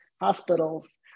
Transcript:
hospitals